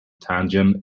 tianjin